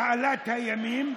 תעלת הימים.